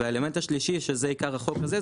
והאלמנט השלישי שזה עיקר החוק הזה,